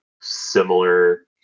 similar